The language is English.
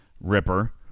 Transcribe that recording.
Ripper